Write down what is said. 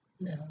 No